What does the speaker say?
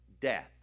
death